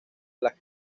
las